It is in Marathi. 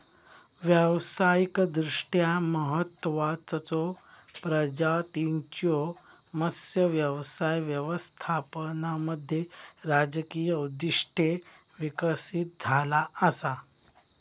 व्यावसायिकदृष्ट्या महत्त्वाचचो प्रजातींच्यो मत्स्य व्यवसाय व्यवस्थापनामध्ये राजकीय उद्दिष्टे विकसित झाला असा